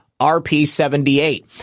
RP78